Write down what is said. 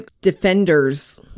defenders